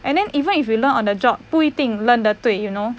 and then even if you learn on the job 不一定 learn 得对 you know